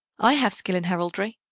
i have skill in heraldry.